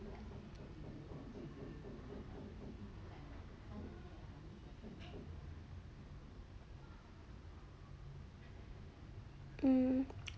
hmm